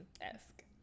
esque